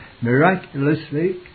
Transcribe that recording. miraculously